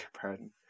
pardon